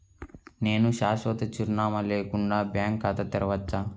నేను శాశ్వత చిరునామా లేకుండా బ్యాంక్ ఖాతా తెరవచ్చా?